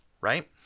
right